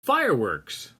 fireworks